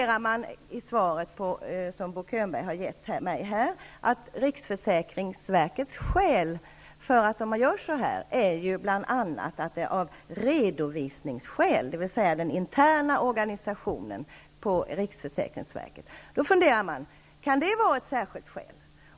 Riksförsäkringsverket gör detta av bl.a. redovisningsskäl, dvs. på grund av den interna organisationen på riksförsäkringsverket. Jag undrar om det kan utgöra ett särskilt skäl.